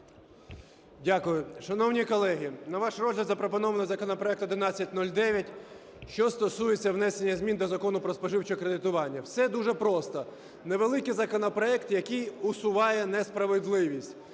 Дякую. Шановні колеги, на ваш розгляд запропонований законопроект 1109, що стосується внесення змін до Закону "Про споживче кредитування". Все дуже просто. Невеликий законопроект, який усуває несправедливість.